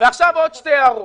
ועכשיו עוד שתי הערות.